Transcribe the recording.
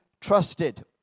trusted